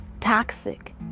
toxic